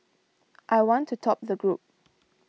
I want to top the group